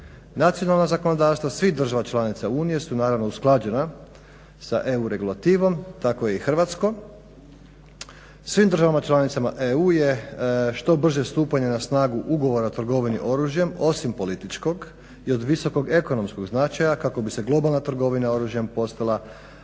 Nacionalna zakonodavstva svih država članica Unije su naravno usklađena sa EU regulativom, tako je i hrvatsko. Svim državama članicama EU je što brže stupanje na snagu Ugovora o trgovini oružjem osim političkom i od visokog ekonomskog značaja kako bi se globalna trgovina oružjem postala